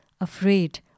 afraid